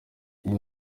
iyo